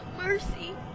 mercy